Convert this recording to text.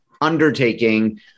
undertaking